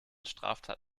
straftat